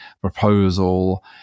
proposal